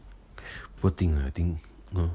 poor thing uh I think no